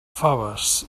faves